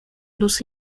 luz